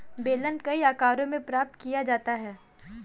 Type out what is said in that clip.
बेलन कई आकारों में प्राप्त किया जाता है